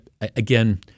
again